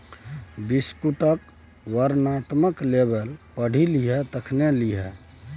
बिस्कुटक वर्णनात्मक लेबल पढ़ि लिहें तखने लिहें